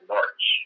March